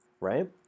right